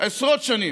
עשרות שנים,